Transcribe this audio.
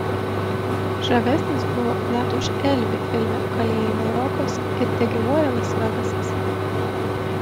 žavesnis buvo net už elvį filme kalėjimo rokas ir tegyvuoja las vegasas